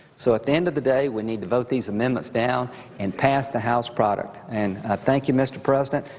so at the end of the day, we need to vote these amendments down and pass the house product. i and thank you, mr. president.